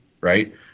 right